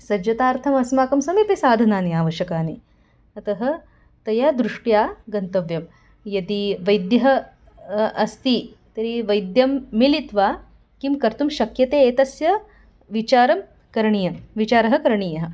सज्जतार्थम् अस्माकं समीपे साधनानि आवश्यकानि अतः तया दृष्ट्या गन्तव्यं यदि वैद्यः अस्ति तर्हि वैद्यं मिलित्वा किं कर्तुं शक्यते एतस्य विचारं करणीयं विचारः करणीयः